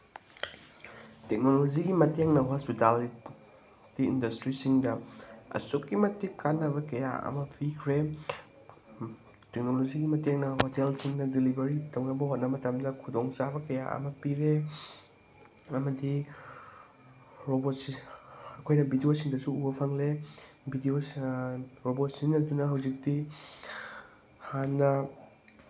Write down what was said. ꯇꯦꯛꯅꯣꯂꯣꯖꯤꯒꯤ ꯃꯇꯦꯡꯅ ꯍꯣꯁꯄꯤꯇꯥꯜ ꯏꯟꯗꯁꯇ꯭ꯔꯤꯁꯤꯡꯗ ꯑꯁꯨꯛꯀꯤ ꯃꯇꯤꯛ ꯀꯥꯅꯕ ꯀꯌꯥ ꯑꯃ ꯄꯤꯈ꯭ꯔꯦ ꯇꯦꯛꯅꯣꯂꯣꯖꯤꯒꯤ ꯃꯇꯦꯡꯅ ꯍꯣꯇꯦꯜꯁꯤꯡꯅ ꯗꯤꯂꯤꯚꯔꯤ ꯇꯧꯅꯕ ꯍꯣꯠꯅꯕ ꯃꯇꯝꯗ ꯈꯨꯗꯣꯡꯆꯥꯕ ꯀꯌꯥ ꯑꯃ ꯄꯤꯔꯦ ꯑꯃꯗꯤ ꯑꯩꯈꯣꯏꯅ ꯚꯤꯗꯤꯌꯣꯁꯤꯡꯗꯁꯨ ꯎꯕ ꯐꯪꯂꯦ ꯔꯣꯕꯣꯠ ꯁꯤꯖꯤꯟꯅꯗꯨꯅ ꯍꯧꯖꯤꯛꯇꯤ ꯍꯥꯟꯅ